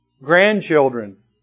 Grandchildren